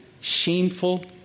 shameful